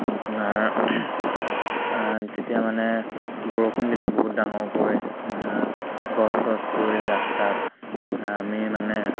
আপোনাৰ তেতিয়া মানে বৰষুণ দিলে বহুত ডাঙৰকৈ গছ চছ পৰিল ৰাস্তাত আমি মানে